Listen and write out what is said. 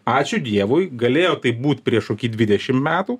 ačiū dievui galėjo tai būt prieš kokį dvidešim metų